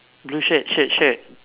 blue shirt shirt shirt